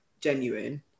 genuine